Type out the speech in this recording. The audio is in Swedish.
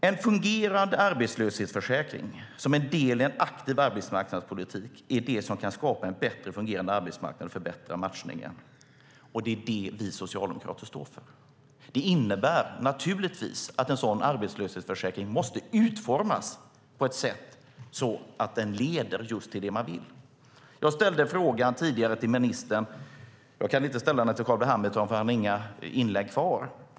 En fungerande arbetslöshetsförsäkring som en del i en aktiv arbetsmarknadspolitik är det som kan skapa en bättre fungerande arbetsmarknad och förbättra matchningen. Det är det vi socialdemokrater står för. Det innebär naturligtvis att en arbetslöshetsförsäkring måste utformas på ett sådant sätt att den leder just till det man vill. Jag ställde tidigare frågan till ministern, men jag kan inte ställa den till Carl B Hamilton eftersom han inte har några inlägg kvar.